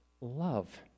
love